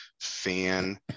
fan